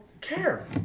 care